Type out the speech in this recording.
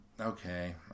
Okay